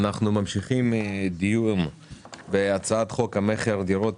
אנחנו ממשיכים דיון בהצעת חוק המכר (דירות)